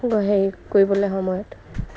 হেৰি কৰিবলৈ সময়ত